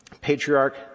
Patriarch